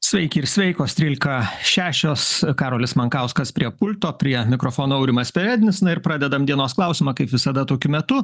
sveiki ir sveikos trylika šešios karolis mankauskas prie pulto prie mikrofono aurimas perednis na ir pradedam dienos klausimą kaip visada tokiu metu